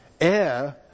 Air